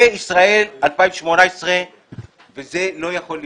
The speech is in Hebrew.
זה ישראל 2018 וזה לא יכול להימשך.